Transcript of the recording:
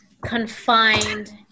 confined